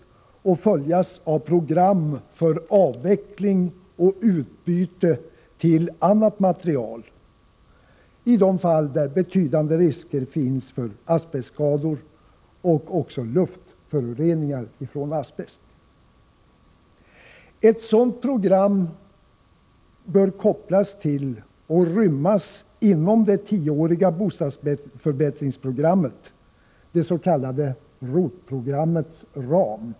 Inventeringen skall följas av ett program för avveckling och utbyte till annat material i de fall där betydande risker finns för asbestskador och också för luftföroreningar från asbest. Ett sådant program bör kopplas till och rymmas inom det tioåriga bostadsförbättringsprogrammets, det s.k. ROT-programmets, ram.